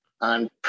on